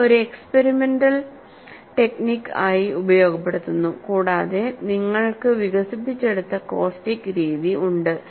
ഇത് ഒരു experimental technique ആയി ഉപയോഗപ്പെടുത്തുന്നു കൂടാതെ നിങ്ങൾക്ക് വികസിപ്പിച്ചെടുത്ത കോസ്റ്റിക്സ് രീതി ഉണ്ട്